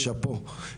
שאפו.